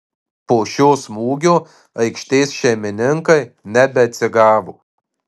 po šio smūgio aikštės šeimininkai nebeatsigavo